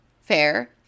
fair